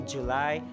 July